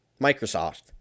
Microsoft